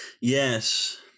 Yes